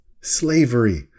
slavery